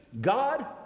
God